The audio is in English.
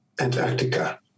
Antarctica